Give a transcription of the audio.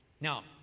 Now